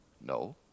No